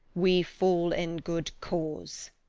we fall in good cause.